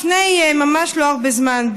לפני ממש לא הרבה זמן,